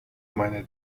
meine